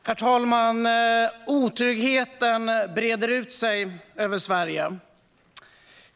Herr talman! Otryggheten breder ut sig över Sverige.